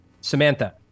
Samantha